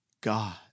God